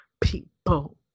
People